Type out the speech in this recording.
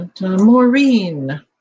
Maureen